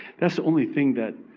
that's the only thing that